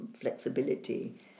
flexibility